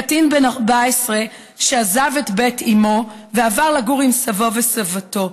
קטין בן 14 שעזב את בית אימו ועבר לגור עם סבו וסבתו.